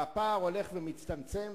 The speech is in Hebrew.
והפער הולך ומצטמצם,